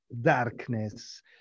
darkness